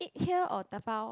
eat here or dabao